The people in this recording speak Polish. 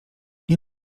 nie